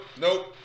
nope